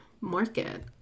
market